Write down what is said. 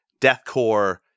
Deathcore